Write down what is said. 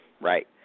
right